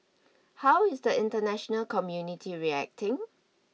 how is the international community reacting